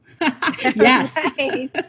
Yes